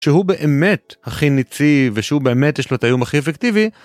שהוא באמת הכי ניצי, ושהוא באמת יש לו את האיום הכי אפקטיבי.